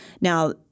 Now